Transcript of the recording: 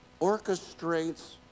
orchestrates